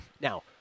Now